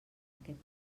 aquest